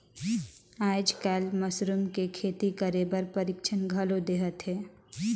आयज कायल मसरूम के खेती करे बर परिक्छन घलो देहत हे